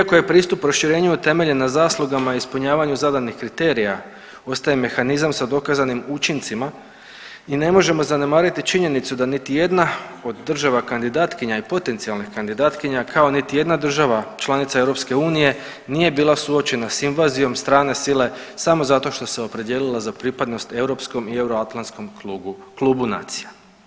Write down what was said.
Iako je pristup proširenju utemeljen na zaslugama i ispunjavanju zadanih kriterija ostaje mehanizam sa dokazanim učincima i ne možemo zanemariti činjenicu da niti jedna od država kandidatkinja i potencijalnih kandidatkinja kao niti jedna država članica EU nije bila suočena s invazijom strane sile samo zato što se opredijelila za pripadnost europskom i euroatlantskom klubu, klubu nacija.